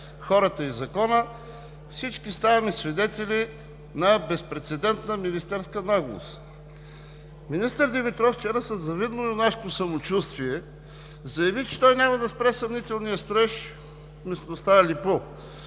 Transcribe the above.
хората и закона, всички ставаме свидетели на безпрецедентна министерска наглост. Министър Димитров вчера със завидно юнашко самочувствие заяви, че той няма да спре съмнителния строеж в местността Алепу,